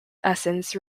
essence